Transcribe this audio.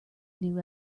new